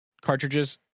cartridges